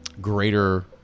greater